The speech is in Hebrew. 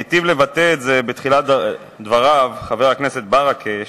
היטיב לבטא את זה בתחילת דבריו חבר הכנסת ברכה,